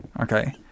Okay